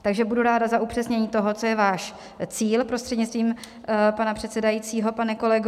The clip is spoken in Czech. Takže budu ráda za upřesnění toho, co je váš cíl, prostřednictvím pana předsedajícího pane kolego.